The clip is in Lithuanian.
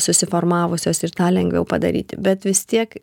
susiformavusios ir tą lengviau padaryti bet vis tiek